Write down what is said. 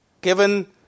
given